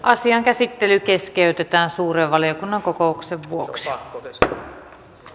asian käsittely keskeytetään suuren valiokunnan kokouksen vuoksi keskustelu ja